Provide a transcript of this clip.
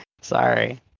sorry